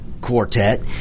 quartet